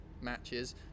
matches